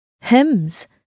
hymns